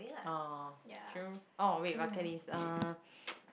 oh true oh wait bucket list uh